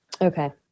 Okay